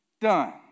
done